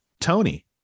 tony